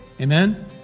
Amen